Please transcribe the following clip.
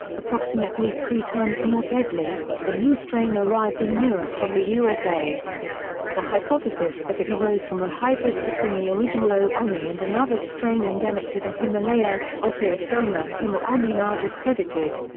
approximately three times more deadly, the new strain arrived in europe from the usa the hypothesis that it arose from a hybrid between the original o. ulmi and another strain endemic to the himalaya, ophiostoma himal-ulmi now discredited.